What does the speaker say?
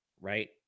right